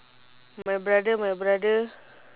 my brother my brother